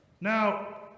Now